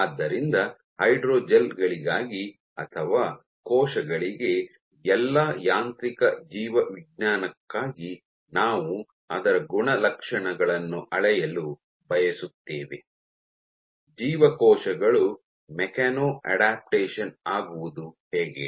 ಆದ್ದರಿಂದ ಹೈಡ್ರೋಜೆಲ್ ಗಳಿಗಾಗಿ ಅಥವಾ ಕೋಶಗಳಿಗೆ ಎಲ್ಲಾ ಯಾಂತ್ರಿಕ ಜೀವವಿಜ್ಞಾನಕ್ಕಾಗಿ ನಾವು ಅದರ ಗುಣಲಕ್ಷಣಗಳನ್ನು ಅಳೆಯಲು ಬಯಸುತ್ತೇವೆ ಜೀವಕೋಶಗಳು ಮೆಕ್ಯಾನೊ ಅಡಾಪ್ಟ್ಯೇಶನ್ ಆಗುವುದು ಹೇಗೆ